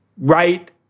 right